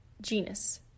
genus